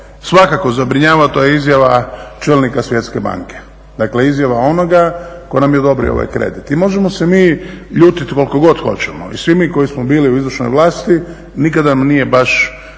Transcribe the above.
svakako zabrinjava, to je izjava čelnika Svjetske banke. Dakle, izjava onoga tko nam je odobrio ovaj kredit i možemo se mi ljutiti koliko god hoćemo i svi mi koji smo bili u izvršnoj vlasti, nikada nam nije baš